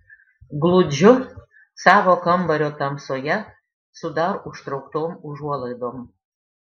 glūdžiu savo kambario tamsoje su dar užtrauktom užuolaidom